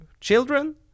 children